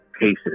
cases